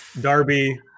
Darby